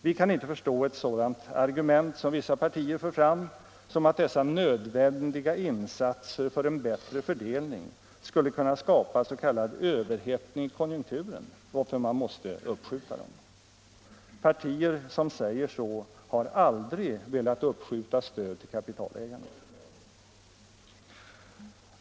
Vi kan inte förstå ett sådant argument — som vissa partier för fram — som att dessa nödvändiga insatser för en bättre fördelning skulle kunna skapa s.k. överhettning i konjunkturen, varför man måste uppskjuta dem. Partier som säger så har aldrig velat uppskjuta stöd till kapitalägarna!